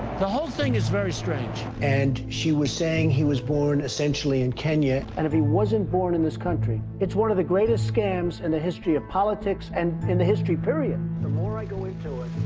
the whole thing is very strange. and she was saying he was born, essentially, in kenya. and if he wasn't born in this country, it's one of the greatest scams in and the history of politics and in the history, period. the more i go into it,